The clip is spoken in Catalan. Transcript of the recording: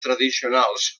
tradicionals